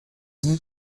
dit